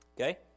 Okay